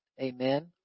Amen